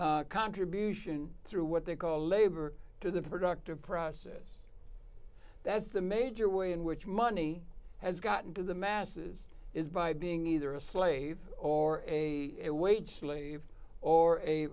human contribution through what they call labor to the productive process that's the major way in which money has gotten to the masses is by being either a slave or a wage slave or a